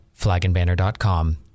flagandbanner.com